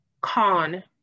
con